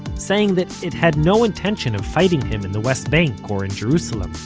saying that it had no intention of fighting him in the west bank, or in jerusalem.